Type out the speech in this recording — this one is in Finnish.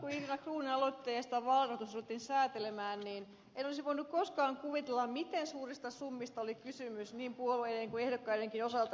irina krohnin aloitteesta vaalirahoitusta ruvettiin säätelemään en olisi voinut koskaan kuvitella miten suurista summista oli kysymys niin puolueiden kuin ehdokkaidenkin osalta